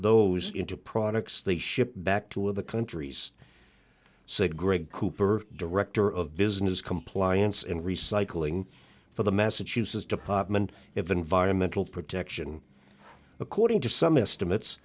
those into products they shipped back to of the countries said greg cooper director of business compliance and recycling for the massachusetts department of environmental protection according to some estimates